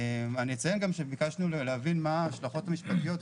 אציין שביקשנו להבין מה ההשלכות המשפטיות,